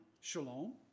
Shalom